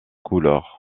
couleur